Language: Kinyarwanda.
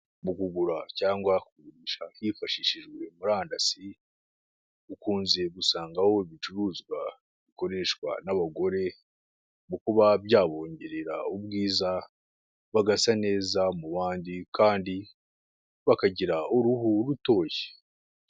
Mu kugura cyangwa hifashishijwe murandasi ukunze gusanga aho ibicuruzwa bikoreshwa n'abagore mu kuba byabongerera ubwiza bagasa neza mu bandi kandi bakagira uruhu utoshye.